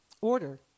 order